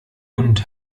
und